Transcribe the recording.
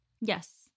Yes